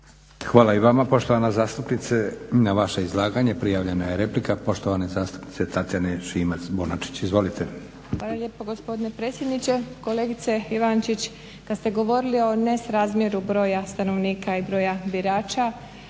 Hvala i vama poštovana zastupnice. Na vaše izlaganje prijavljena je replika poštovane zastupnice Tatjane Šimac-Bonačić. Izvolite. **Šimac Bonačić, Tatjana (SDP)** Hvala lijepa gospodine predsjedniče. Kolegice Ivančić kad ste govorili o nesrazmjeru broja stanovnika i broja birača